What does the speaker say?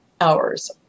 Hours